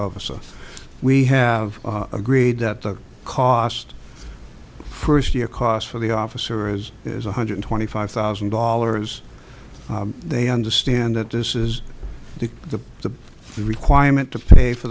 officer we have agreed that the cost first your cost for the officer is is one hundred twenty five thousand dollars they understand that this is the the the requirement to pay for